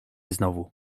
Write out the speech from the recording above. znowu